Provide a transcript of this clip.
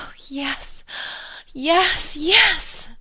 yes yes yes!